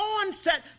onset